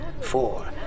Four